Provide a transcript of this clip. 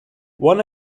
one